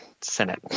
Senate